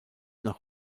nach